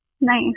nice